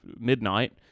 midnight